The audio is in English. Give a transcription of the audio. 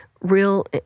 real